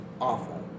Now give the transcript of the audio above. awful